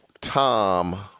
Tom